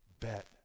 Bet